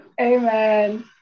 amen